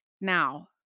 Now